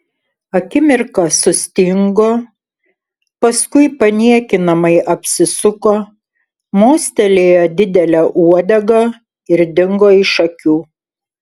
akimirką sustingo paskui paniekinamai apsisuko mostelėjo didele uodega ir dingo iš akių